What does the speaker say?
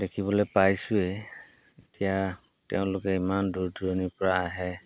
দেখিবলৈ পাইছোঁৱেই এতিয়া তেওঁলোকে ইমান দূৰ দূৰণিৰপৰা আহে